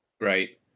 Right